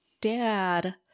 dad